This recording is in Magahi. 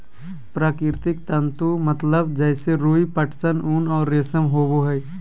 प्राकृतिक तंतु मतलब जैसे रुई, पटसन, ऊन और रेशम होबो हइ